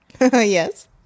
Yes